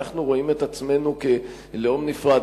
אנחנו רואים את עצמנו כלאום נפרד,